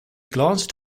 glanced